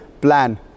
plan